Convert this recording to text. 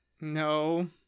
No